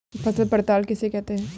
फसल पड़ताल किसे कहते हैं?